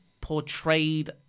portrayed